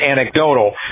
anecdotal